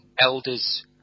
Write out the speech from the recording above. Elders